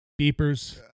beepers